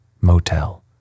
motel